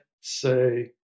say